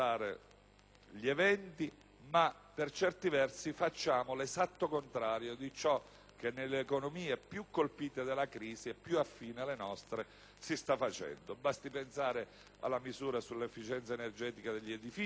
e, per certi versi, prevede l'esatto contrario di ciò che nelle economie più colpite dalla crisi e più affini alle nostre si sta facendo. Basti pensare alla misura sull'efficienza energetica degli edifici,